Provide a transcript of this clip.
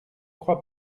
crois